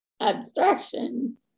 abstraction